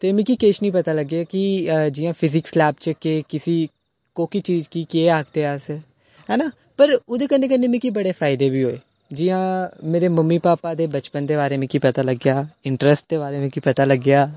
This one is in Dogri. ते मिगी किश निं पता लग्गेआ कि जि'यां फीजिक्स क्लास च केह् किसी कोह्की चीज गी केह् आखदे अस ऐ ना पर ओह्दे कन्नै कन्नै ना मिगी बड़े फायदे बी होए जियां मेरे मम्मी भापा दे बचपन दे बारे च मिगी पता लग्गेआ इंटरैस्ट दे बारे च मिगी पता लग्गेआ